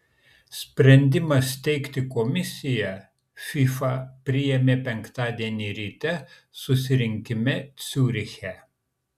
sprendimą steigti komisiją fifa priėmė penktadienį ryte susirinkime ciuriche